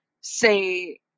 say